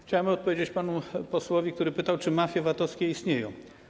Chciałem odpowiedzieć panu posłowi, który pytał, czy mafie VAT-owskie istnieją.